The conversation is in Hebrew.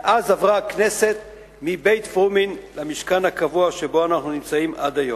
ואז עברה הכנסת מבית-פרומין למשכן הקבוע שבו אנחנו נמצאים עד היום.